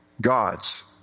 God's